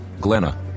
Glenna